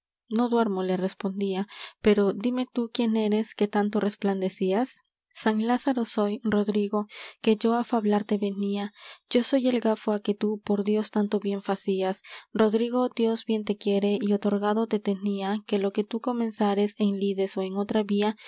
no duermo le respondía pero dime tú quién eres que tanto resplandecías san lázaro soy rodrigo que yo á fablarte venía yo soy el gafo á que tú por dios tanto bien facías rodrigo dios bien te quiere y otorgado te tenía que lo que tú comenzares en lides ó en otra vía